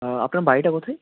আপনার বাড়িটা কোথায়